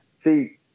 See